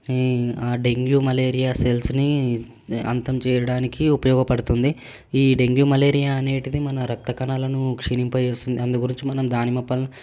ఈ ఆ dengue malaria సెల్స్ని అంతం చేయడానికి ఉపయోగపడుతుంది ఈ డెంగ్యూ మలేరియా అనేటిది మన రక్తకణాలను క్షీణింపచేస్తుంది అందుగురించి మనం దానిమ్మ పండ్లను